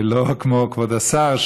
לא כמו כבוד השר,